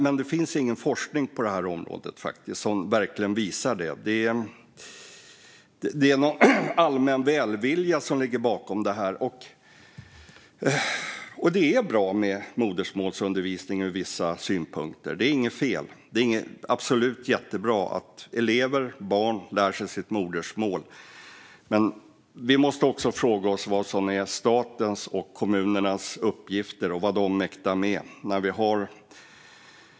Men det finns faktiskt ingen forskning på området som verkligen visar det. Det är någon allmän välvilja som ligger bakom. Det är bra med modersmålsundervisning ur vissa synvinklar. Det är inte fel. Det är absolut jättebra att elever, barn, lär sig sitt modersmål. Men vi måste fråga oss vad som är statens och kommunernas uppgifter och vad de mäktar med.